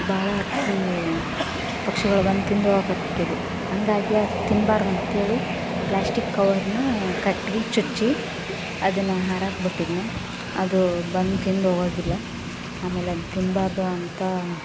ಭಾಳ ಹಕ್ಕಿ ಪಕ್ಷಿಗಳು ಬಂದು ತಿಂದು ಹೋಗಾಕ್ಕತ್ಬಿಟ್ಟಿದ್ವು ಹಾಗಾಗಿ ಅದು ತಿನ್ನಬಾರ್ದು ಅಂಥೇಳಿ ಪ್ಲಾಸ್ಟಿಕ್ ಕವರ್ನಾ ಕಟ್ಗೆಗೆ ಚುಚ್ಚಿ ಅದನ್ನು ಹಾರಾಕ್ಬಿಟ್ಟಿದ್ದನ್ನ ಅದು ಬಂದು ತಿಂದೋಗಾಗಿಲ್ಲ ಆಮೇಲದು ತಿನ್ನಬಾರ್ದು ಅಂತ